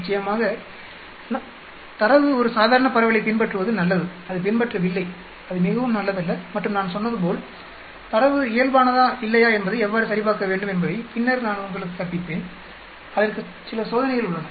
நிச்சயமாக தரவு ஒரு சாதாரண பரவலைப் பின்பற்றுவது நல்லதுஅது பின்பற்றவில்லைஅது மிகவும் நல்லதல்ல மற்றும் நான் சொன்னது போல் தரவு இயல்பானதா இல்லையா என்பதை எவ்வாறு சரிபார்க்க வேண்டும் என்பதை பின்னர் நான் உங்களுக்கு கற்பிப்பேன் அதற்கு சில சோதனைகள் உள்ளன